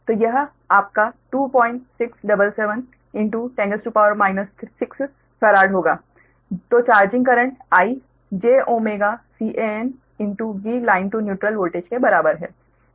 तो यह आपका 2677 10 6 फैराड होगा तो charging current I jωCanVline to neutral voltage के बराबर है